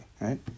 right